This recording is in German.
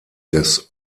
des